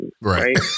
Right